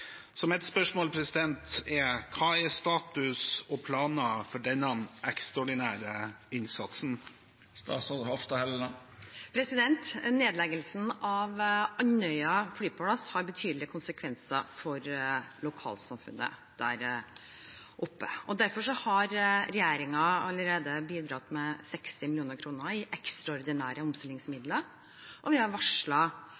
Hva er status og planer for denne ekstraordinære innsatsen?» Nedleggelsen av Andøya flystasjon har betydelige konsekvenser for lokalsamfunnet der oppe. Derfor har regjeringen allerede bidratt med 60 mill. kr i ekstraordinære